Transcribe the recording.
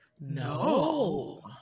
no